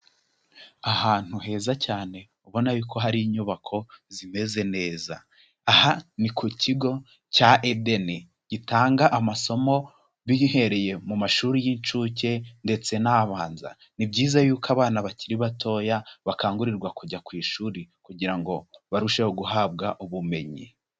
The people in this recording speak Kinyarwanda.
Ahantu heza cyane ubona yuko hari inyubako zimeze neza, aha ni ku kigo cya Eden gitanga amasomo bihereye mu mashuri y'inshuke ndetse n'abanza, ni byiza yuko abana bakiri batoya bakangurirwa kujya ku ishuri kugira ngo barusheho guhabwa ubumenyi.